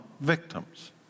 victims